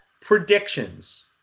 predictions